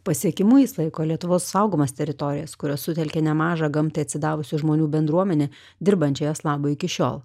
pasiekimu jis laiko lietuvos saugomas teritorijas kurios sutelkė nemažą gamtai atsidavusių žmonių bendruomenę dirbančią jos labui iki šiol